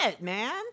man